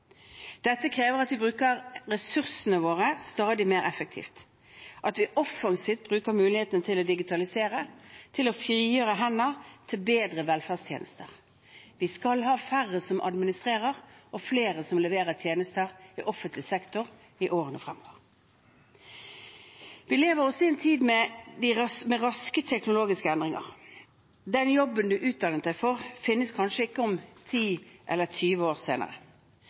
Dette krever at vi bruker ressursene våre stadig mer effektivt, at vi offensivt bruker mulighetene til å digitalisere, til å frigjøre hender til bedre velferdstjenester. Vi skal ha færre som administrerer, og flere som leverer tjenester til offentlig sektor i årene fremover. Vi lever også i en tid med raske teknologiske endringer. Den jobben man utdannet seg for, finnes kanskje ikke 10 eller 20 år senere.